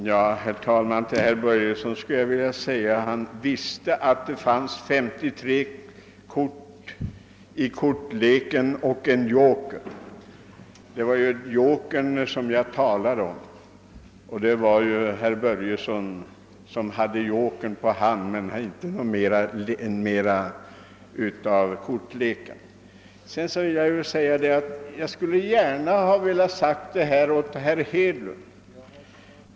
Herr talman! Till herr Börjesson i Glömminge skulle jag vilja säga att han visste att det fanns 53 kort i kortleken, varav en joker. Det var ju jokern som jag talade om, och det var ju herr Börjesson som hade jokern på hand men inte något mera av kortleken. Jag skulle gärna vilja ha sagt vad jag talat om till herr Hedlund.